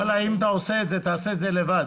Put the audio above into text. ואלה, אם אתה עושה את זה, תעשה את זה לבד,